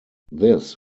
this